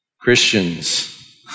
Christians